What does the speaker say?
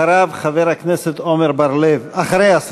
אחריה, חבר הכנסת עמר בר-לב,